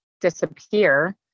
disappear